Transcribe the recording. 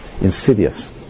insidious